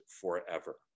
forever